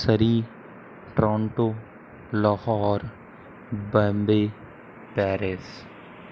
Surrey Toronto Lahore Bombay Paris